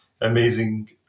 amazing